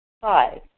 Five